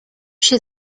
się